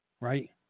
Right